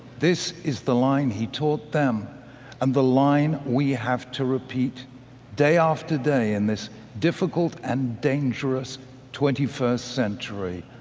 this is the line he taught them and the line we have to repeat day after day in this difficult and dangerous twenty first century.